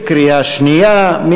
בקריאה שנייה.